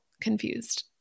confused